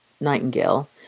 Nightingale